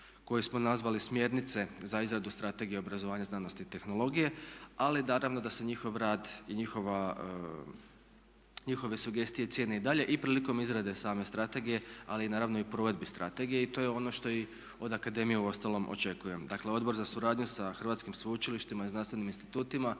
koji smo nazvali smjernice za izradu Strategije obrazovanja znanosti i tehnologije ali naravno da se njihov rad i njihove sugestije cijene i dalje i prilikom izrade same strategije ali naravno i provedbi strategije i to je ono što i od akademije uostalom očekujem. Dakle odbora za suradnju sa hrvatskim sveučilištima i znanstvenim institutima